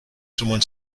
somebody